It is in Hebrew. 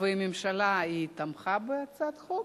והממשלה תמכה בהצעת החוק,